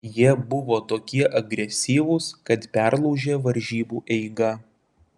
jie buvo tokie agresyvūs kad perlaužė varžybų eigą